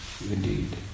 indeed